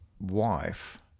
wife